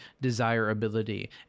desirability